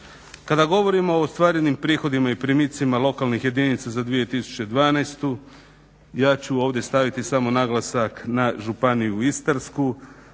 Kada govorimo o ostvarenim prihodima i primicima lokalnih jedinica za 2012.ja ću ovdje staviti samo naglasak na Županiju Istarsku.